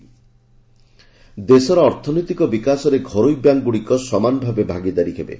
ଅର୍ଥମନ୍ତ୍ରୀ ଦେଶର ଅର୍ଥନୈତିକ ବିକାଶରେ ଘରୋଇ ବ୍ୟାଙ୍କ୍ ଗୁଡ଼ିକ ସମାନ ଭାବେ ଭାଗିଦାରୀ ହେବେ